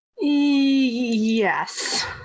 Yes